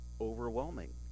overwhelming